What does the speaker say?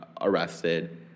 arrested